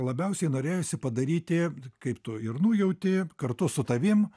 labiausiai norėjosi padaryti kaip tu ir nujauti kartu su tavim